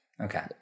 Okay